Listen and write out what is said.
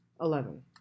eleven